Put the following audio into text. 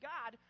God